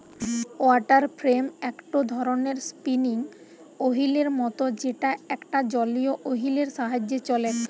water frame একটো ধরণের spinning ওহীলের মত যেটা একটা জলীয় ওহীল এর সাহায্যে চলেক